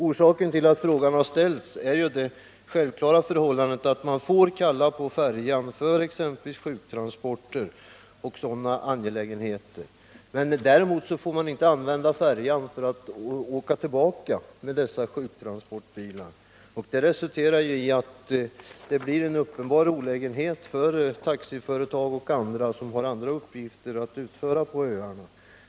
Orsaken till att frågan har ställts är det självklara förhållandet att man får kalla på färjan för exempelvis sjuktransporter och sådana angelägenheter men att man däremot inte får använda färjan för att åka tillbaka med sjuktransportbilarna. Det resulterar i en uppenbar olägenhet för taxiföretag och andra som har andra uppgifter att utföra på öarna.